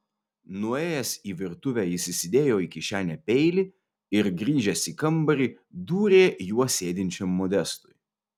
nuėjęs į virtuvę jis įsidėjo į kišenę peilį ir grįžęs į kambarį dūrė juo sėdinčiam modestui